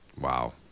Wow